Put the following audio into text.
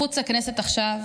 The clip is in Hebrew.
מחוץ לכנסת עכשיו